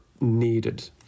needed